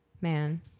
man